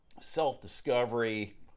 self-discovery